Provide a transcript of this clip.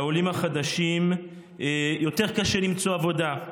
לעולים החדשים יותר קשה למצוא עבודה.